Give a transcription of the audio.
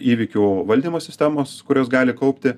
įvykių valdymo sistemos kurios gali kaupti